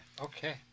Okay